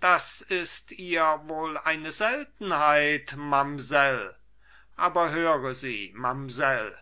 das ist ihr wohl eine seltenheit mamsell aber höre sie mamsell